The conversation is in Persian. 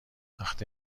وقتی